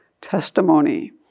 testimony